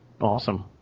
Awesome